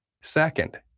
Second